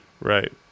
Right